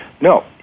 No